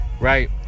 Right